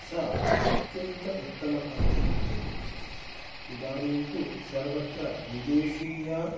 सा अत्यन्त उत्तमकारी विद्यते इदानीन्तु सर्वत्र विदेशीया